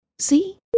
See